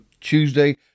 Tuesday